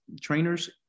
trainers